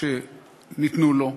שניתנו לו,